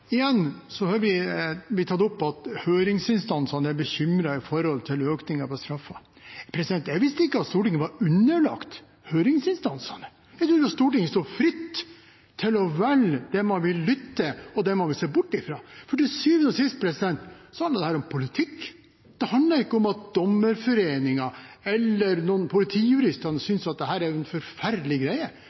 Igjen har det blitt tatt opp at høringsinstansene er bekymret for økning av straffer. Jeg visste ikke at Stortinget var underlagt høringsinstansene! Jeg trodde Stortinget sto fritt til å velge det man vil lytte til, og det man vil se bort fra. For til syvende og sist handler dette om politikk, ikke om at Dommerforeningen eller Politijuristene synes dette er en forferdelig greie.